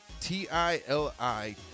T-I-L-I